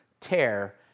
tear